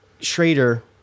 Schrader